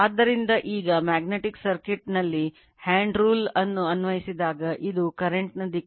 ಆದ್ದರಿಂದ ಈಗ magnetic circuit ದಿಕ್ಕು